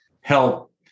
help